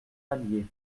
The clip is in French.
allier